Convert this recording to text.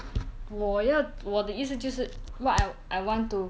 我要我的意思就是 what I want to